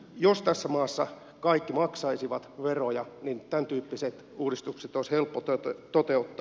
jos tässä maassa kaikki maksaisivat veroja niin tämäntyyppiset uudistukset olisi helppo toteuttaa